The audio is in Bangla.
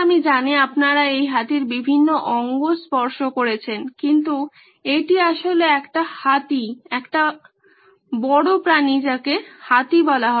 আমি জানি আপনারা এই হাতির বিভিন্ন অঙ্গ স্পর্শ করছেন কিন্তু এটি আসলে একটি হাতি এটি একটি বড় প্রাণী যাকে হাতি বলা হয়